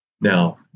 now